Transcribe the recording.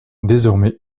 désormais